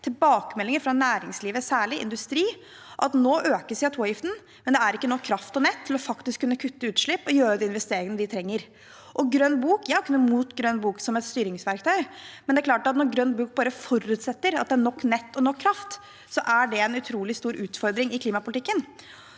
tilbakemeldinger fra næringslivet, særlig industri, på at CO2-avgiften nå øker, men at det ikke er nok kraft og nett til faktisk å kunne kutte utslipp og gjøre de investeringene de trenger. Jeg har ikke noe imot Grønn bok som et styringsverktøy, men det er klart at når Grønn bok bare forutsetter at det er nok nett og nok kraft, er det en utrolig stor utfordring i klimapolitikken.